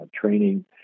training